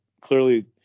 clearly